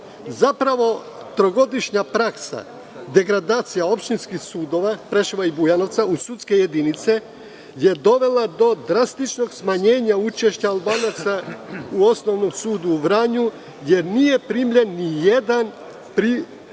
trogodišnja praksa, degradacije opštinskih sudova Preševa i Bujanovca u sudske jedinice, je dovela do drastičnog smanjenja učešća Albanaca u Osnovnom sudu u Vranju jer nije primljen ni jedan pripravnik